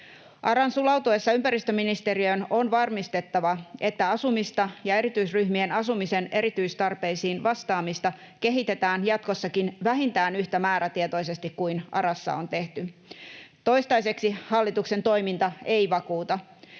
ARAn sulautuessa ympäristöministeriöön on varmistettava, että asumista ja erityisryhmien asumisen erityistarpeisiin vastaamista kehitetään jatkossakin vähintään yhtä määrätietoisesti kuin ARAssa on tehty. Toistaiseksi hallituksen toiminta ei vakuuta.